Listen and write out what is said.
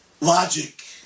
logic